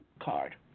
card